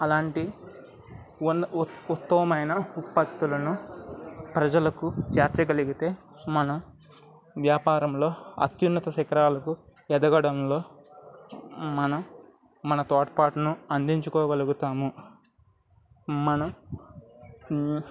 అలాంటి ఉన్ ఉత్తమమైన ఉత్పత్తులను ప్రజలకు చేర్చగలిగితే మనం వ్యాపారంలో అత్యున్నత శిఖరాలకు ఎదగడంలో మనం మన తోడ్పాటును అందించగలుగుతాము మనం